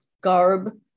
garb